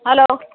hello